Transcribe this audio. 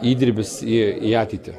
įdirbis į ateitį